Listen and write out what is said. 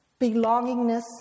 belongingness